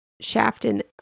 Shafton